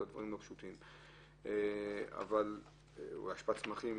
אבל למה אשפת צמחים?